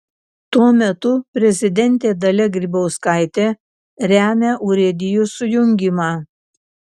tuo metu prezidentė dalia grybauskaitė remia urėdijų sujungimą